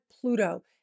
Pluto